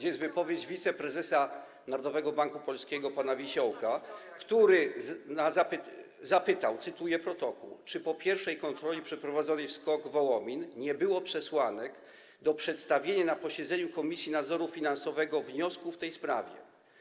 Jest tam wypowiedź wiceprezesa Narodowego Banku Polskiego pana Wiesiołka, który zapytał, cytuję protokół: Czy po pierwszej kontroli przeprowadzonej w SKOK-u Wołomin nie było przesłanek do przedstawienia na posiedzeniu Komisji Nadzoru Finansowego wniosku w tej sprawie?